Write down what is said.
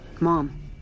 Mom